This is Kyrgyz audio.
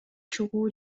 чыгуу